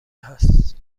هست